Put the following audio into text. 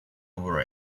over